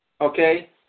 Okay